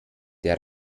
der